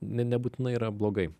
ne nebūtinai yra blogai